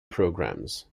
programs